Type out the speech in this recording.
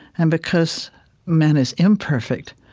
and because man is imperfect,